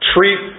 Treat